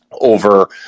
over